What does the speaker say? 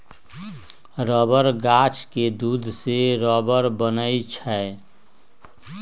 rubber गाछ के दूध से रबर बनै छै